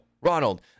Ronald